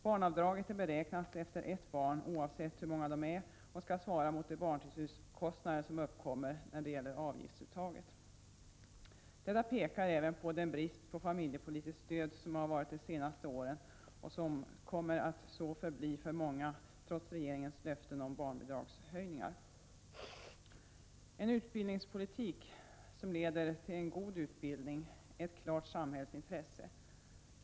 Barnavdraget är beräknat efter ett barn oavsett hur många de är och skall svara mot de barntillsynskostnader som uppkommer när det gäller avgiftsuttaget. Detta pekar även på den brist på familjepolitiskt stöd som har rått de senaste åren och som kommer att fortsätta för många trots regeringens löften om barnbidragshöjningar. En utbildningspolitik som leder till en god utbildning är ett klart samhällsintresse.